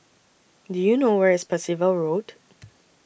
Do YOU know Where IS Percival Road